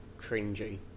cringy